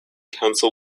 council